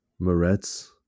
Moretz